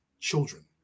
children